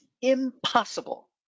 impossible